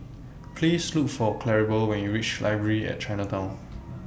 Please Look For Claribel when YOU REACH Library At Chinatown